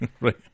Right